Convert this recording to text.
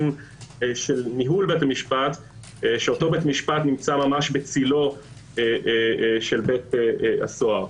של ניהול בית המשפט שאותו בית משפט נמצא בצילו של בית הסוהר.